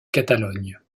catalogne